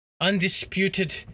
undisputed